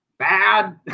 bad